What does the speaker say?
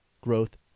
growth